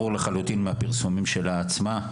ברור לחלוטין מהפרסומים שלה עצמה,